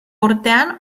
urtean